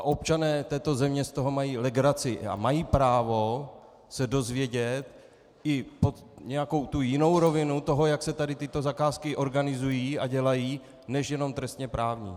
Občané této země z toho mají legraci a mají právo se dozvědět i jinou rovinu toho, jak se tady tyto zakázky organizují a dělají než jenom trestněprávní.